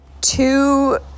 two